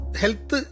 health